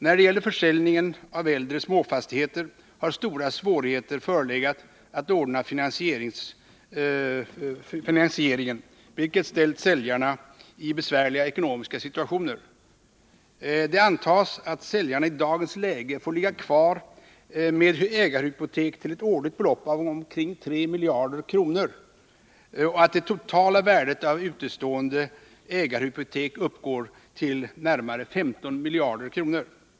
När det gäller försäljningen av äldre småfastigheter har stora svårigheter att ordna finansieringen förelegat, vilket ställt säljarna i besvärliga ekonomiska situationer. Det antas att säljarna i dagens läge får ligga kvar med ägarhypotek till ett årligt belopp på omkring 3 miljarder kronor och att det totala värdet av utestående ägarhypotek uppgår till närmare 15 miljarder kronor.